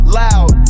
loud